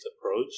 approach